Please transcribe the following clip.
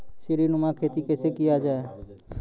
सीडीनुमा खेती कैसे किया जाय?